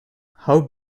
how